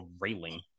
railing